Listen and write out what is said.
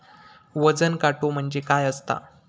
वजन काटो म्हणजे काय असता?